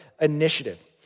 initiative